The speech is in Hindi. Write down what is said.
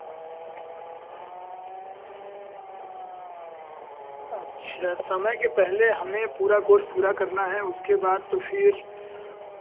अच्छा समय के पेहले हमें पूरा कोर्स पूरा करना है उसके बाद तो फिर